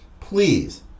Please